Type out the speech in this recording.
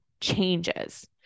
changes